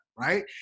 Right